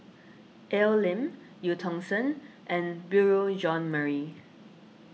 Al Lim Eu Tong Sen and Beurel Jean Marie